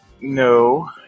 No